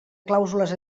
clàusules